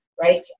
right